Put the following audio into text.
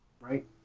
Right